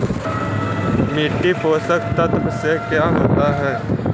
मिट्टी पोषक तत्त्व से का होता है?